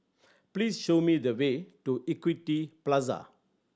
please show me the way to Equity Plaza